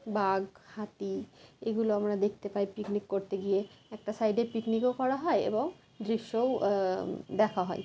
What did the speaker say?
বাঘ হাতি এগুলো আমরা দেখতে পাই পিকনিক করতে গিয়ে একটা সাইডে পিকনিকও করা হয় এবং দৃশ্যও দেখা হয়